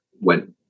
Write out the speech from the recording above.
went